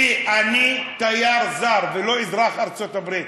ידידי, אני תייר זר, ולא אזרח ארצות-הברית.